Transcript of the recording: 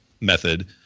method